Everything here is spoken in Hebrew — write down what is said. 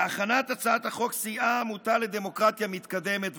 להכנת הצעת החוק סייעה העמותה לדמוקרטיה מתקדמת,